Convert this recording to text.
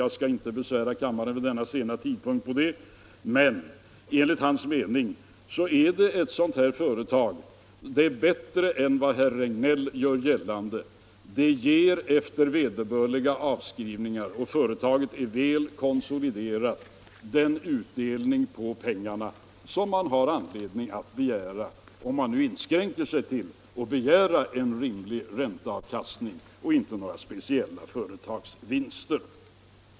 Jag skall inte besvära kammaren vid denna sena tidpunkt med detta, men enligt hans mening är ett sådant här företag mera lönande än herr Regnéll vill göra gällande. Det ger efter vederbörliga avskrivningar, och företaget är väl konsoliderat, den utdelning på pengarna som man har anledning att begära, om man nu inskränker sig till att begära en rimlig ränteavkastning och inte några speciella företagsvinster.